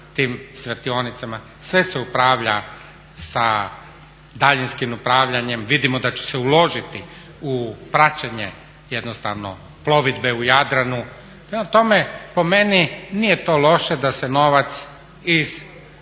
tim svjetionicima, sve se upravlja sa daljinskim upravljanjem. Vidimo da će se uložiti u praćenje plovidbe u Jadranu, prema tome po meni nije to loše da se novac iz